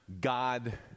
God